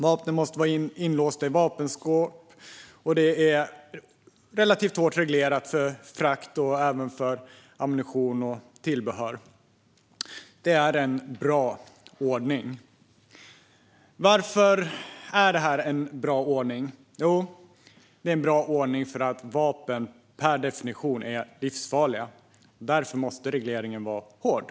Vapen måste vara inlåsta i vapenskåp, och det hela är relativt hårt reglerat för frakt och även för ammunition och tillbehör. Det är en bra ordning. Varför är det en bra ordning? Jo, det är en bra ordning därför att vapen per definition är livsfarliga. Därför måste regleringen vara hård.